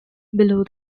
below